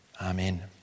Amen